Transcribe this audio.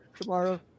tomorrow